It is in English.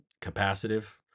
capacitive